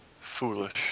Foolish